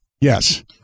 Yes